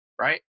right